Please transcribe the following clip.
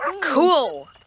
Cool